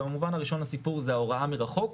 כמובן ראשון הסיפור זה ההוראה מרחוק.